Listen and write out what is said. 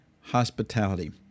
hospitality